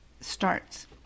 starts